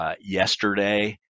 Yesterday